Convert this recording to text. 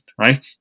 right